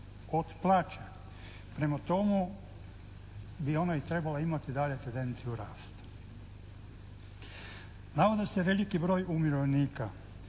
od plaće. Prema tome bi ona trebala imati i dalje tendenciju rasta. Navodi se veliki broj umirovljenika.